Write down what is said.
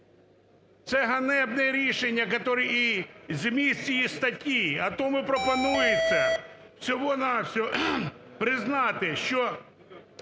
Це ганебне рішення і зміст цієї статті, а тому пропонується всього-на-всього признати, що